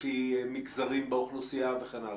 לפי מגזרים באוכלוסייה וכן הלאה?